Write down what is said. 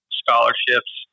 scholarships